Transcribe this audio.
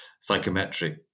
psychometric